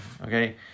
okay